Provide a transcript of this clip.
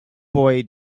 boy